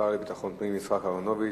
השר לביטחון פנים, יצחק אהרונוביץ.